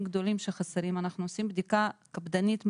גדולים שחסרים אנחנו עושים בדיקה קפדנית מאוד,